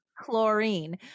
chlorine